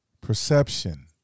Perception